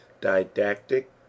didactic